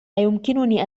أيمكنني